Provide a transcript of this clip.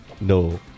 No